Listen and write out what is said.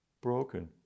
broken